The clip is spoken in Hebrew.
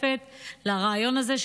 אני מצטרפת לרעיון הזה,